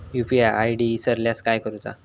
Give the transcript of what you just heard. UPI ID इसरल्यास काय करुचा?